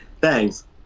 Thanks